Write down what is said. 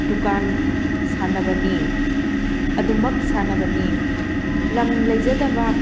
ꯗꯨꯀꯥꯟ ꯁꯥꯅꯕꯅꯤ ꯑꯗꯨꯃꯛ ꯁꯥꯅꯕꯅꯤ ꯂꯝ ꯂꯩꯖꯗꯕ